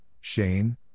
Shane